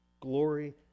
glory